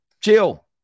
chill